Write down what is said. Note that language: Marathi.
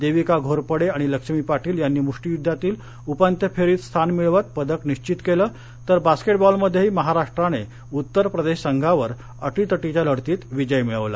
देविका घोरपडे आणि लक्ष्मी पाटील यांनी मुष्टीयुद्धातील उपांत्यफेरीत स्थान मिळवत पदक निश्वित केलं तर बास्केट बॉलमध्येही महाराष्ट्राने उत्तरप्रदेश संघावर अटीतटीच्या लढतीत विजय मिळविला